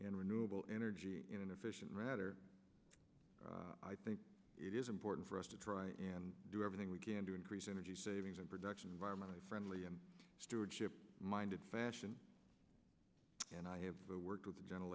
and renewable energy inefficient rather i think it is important for us to try and do everything we can to increase energy savings and production environmentally friendly and stewardship minded fashion and i have worked with the gen